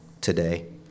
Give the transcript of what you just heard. today